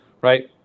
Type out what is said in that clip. Right